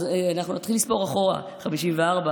אז נתחיל לספור אחורה, 53,